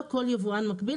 לא כל יבואן מקביל,